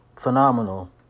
phenomenal